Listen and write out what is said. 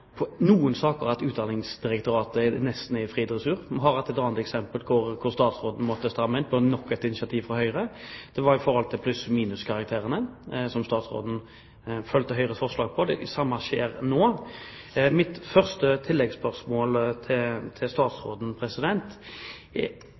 noen saker et inntrykk av at Utdanningsdirektoratet nesten er i fri dressur. Et annet eksempel der statsråden måtte stramme inn etter nok et initiativ fra Høyre, var i forbindelse med pluss-/minuskarakterene. Statsråden fulgte Høyres forslag, og det samme skjer nå. Mitt første tilleggsspørsmål til